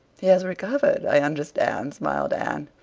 he has recovered, i understand, smiled anne.